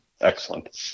excellent